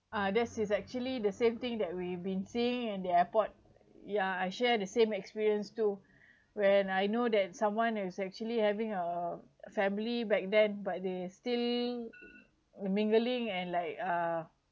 uh that is actually the same thing that we've been seeing in the airport ya I share the same experience too when I know that someone is actually having a family back then but they still the mingling and like uh